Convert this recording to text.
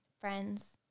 friends